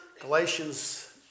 Galatians